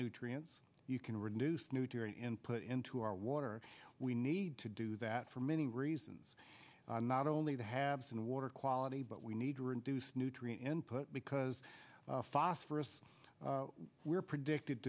nutrients you can reduce nutrient input into our water we need to do that for many reasons not only the haves and the water quality but we need to reduce nutrient input because phosphorus were predicted